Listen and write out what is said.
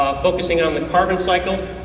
focusing on the carbon cycle,